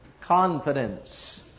Confidence